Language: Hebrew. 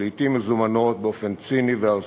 ולעתים מזומנות באופן ציני וארסי.